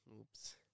Oops